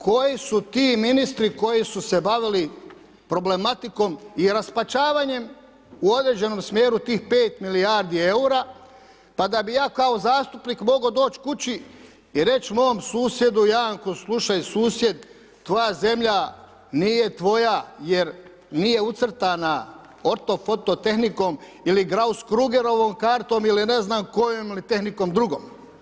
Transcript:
Koji su ti ministri koji su se bavili problematikom i raspačavanjem u određenom smjeru tih 5 milijardi eura pa da bih ja kao zastupnik mogao doći kući i reći mom susjedu Janku slušaj susjed tvoja zemlja nije tvoja jer nije ucrtana ortofoto tehnikom ili Grauss-Krugerovom kartom ili ne znam kojom ili tehnikom drugom.